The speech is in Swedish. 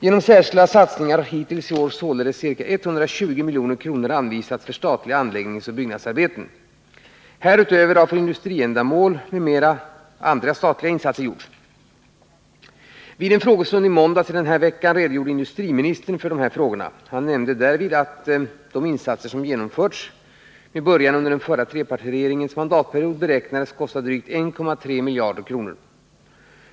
Genom särskilda satsningar har hittills i år således ca 120 milj.kr. anvisats för statliga anläggningsoch byggnadsarbeten. Härutöver har för industriändamål m.m. andra statliga insatser gjorts. Vid en frågestund i måndags denna vecka redogjorde industriministern för dessa frågor. Han nämnde därvid att de insatser som genomförts med början under den förra trepartiregeringens mandatperiod beräknades kosta drygt 1,3 miljarder kronor.